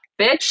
bitch